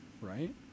Right